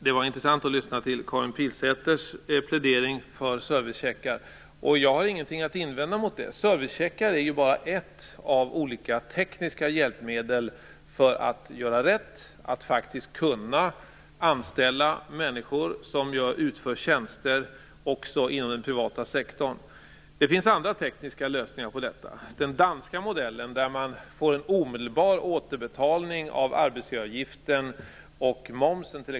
Det var intressant att lyssna till Karin Pilsäters plädering för servicecheckar. Jag har ingenting att invända mot det. Servicecheckar är ju bara ett av olika tekniska hjälpmedel för att göra rätt, för att faktiskt kunna anställa människor som utför tjänster också inom den privata sektorn. Det finns andra tekniska lösningar på detta, t.ex. den danska modellen där man får en omedelbar återbetalning av arbetsgivaravgiften och momsen.